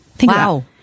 Wow